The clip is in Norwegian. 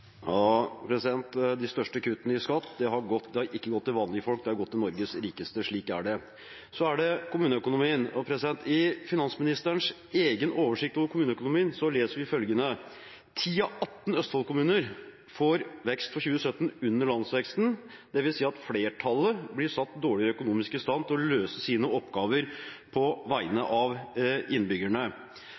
De største kuttene i skatt har ikke gått til vanlige folk. Det har gått til Norges rikeste. Slik er det. Til kommuneøkonomien: I finansministerens egen oversikt over kommuneøkonomien leser vi at 10 av 18 Østfold-kommuner får en vekst i 2017 under landsveksten, dvs. at flertallet blir satt dårligere økonomisk i stand til å løse sine oppgaver på vegne av innbyggerne